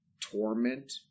torment